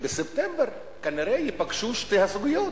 ובספטמבר כנראה ייפגשו שתי הסוגיות: